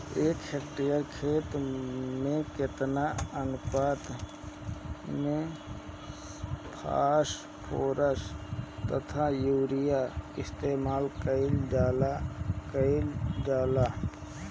एक हेक्टयर खेत में केतना अनुपात में फासफोरस तथा यूरीया इस्तेमाल कईल जाला कईल जाला?